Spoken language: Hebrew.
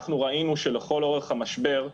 אנחנו ראינו שלכל אורך המשבר,